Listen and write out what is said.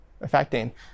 affecting